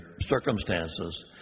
circumstances